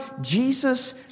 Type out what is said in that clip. Jesus